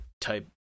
type